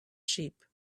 sheep